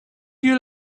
you